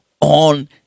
on